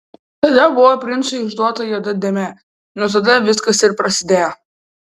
tada buvo princui išduota juoda dėmė nuo tada viskas ir prasidėjo